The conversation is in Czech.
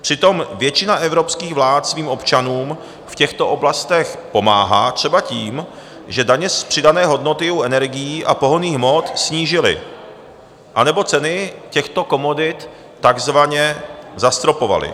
Přitom většina evropských vlád svým občanům v těchto oblastech pomáhá třeba tím, že daně z přidané hodnoty u energií a pohonných hmot snížily anebo ceny těchto komodit takzvaně zastropovaly.